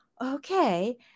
okay